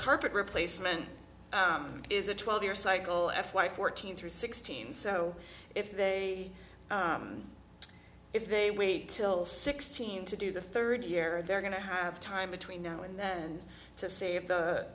carpet replacement is a twelve year cycle f y fourteen through sixteen so if they if they wait till sixteen to do the third year they're going to have time between now and then to s